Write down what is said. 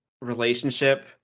relationship